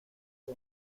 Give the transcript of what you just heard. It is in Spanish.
que